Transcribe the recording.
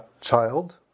child